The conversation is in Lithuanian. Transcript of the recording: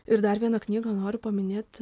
ir dar vieną knygą noriu paminėt